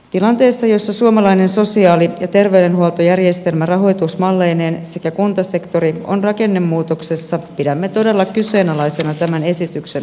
tilanteessa jossa suomalainen sosiaali ja terveydenhuoltojärjestelmä rahoitusmalleineen sekä kuntasektori ovat rakennemuutoksessa pidämme todella kyseenalaisena tämän esityksen hyväksymistä